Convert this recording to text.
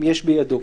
אם יש בידו.